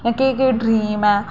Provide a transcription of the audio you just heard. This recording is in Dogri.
केह् केह् ड्रीम ऐ